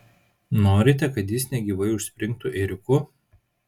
norite kad jis negyvai užspringtų ėriuku